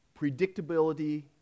predictability